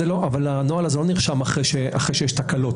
הנוהל הזה לא נרשם אחרי שיש תקלות.